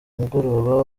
mugoroba